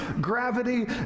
Gravity